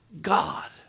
God